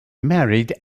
married